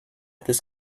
this